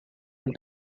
and